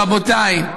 רבותיי,